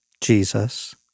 Jesus